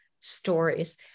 stories